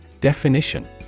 Definition